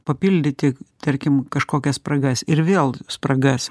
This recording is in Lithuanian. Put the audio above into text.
papildyti tarkim kažkokias spragas ir vėl spragas